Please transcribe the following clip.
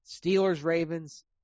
Steelers-Ravens